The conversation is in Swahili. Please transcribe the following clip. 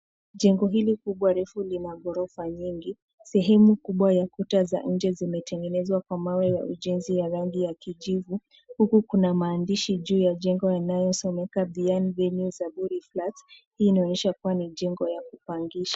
Jengo hili kubwa refu lina ghorofa nyingi. Sehemu kubwa ya kuta za nje zimetengenezwa kwa mawe ya ujenzi ya rangi ya kijivu huku kuna maandishi juu ya jengo yanayosomeka Bien Venue Zaburi Flats. Hii inaonyesha kuwa ni jengo ya kupangisha.